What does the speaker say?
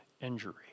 injury